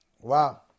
Wow